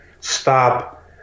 stop